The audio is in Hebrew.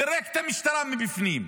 פירק את המשטרה מבפנים,